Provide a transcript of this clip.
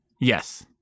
Yes